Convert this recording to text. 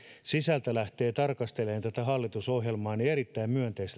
sisältä lähtee tarkastelemaan tätä hallitusohjelmaa niin erittäin myönteistä tässä on se että